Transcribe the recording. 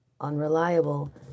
unreliable